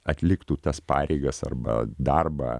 atliktų tas pareigas arba darbą